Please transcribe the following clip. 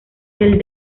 del